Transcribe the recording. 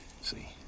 See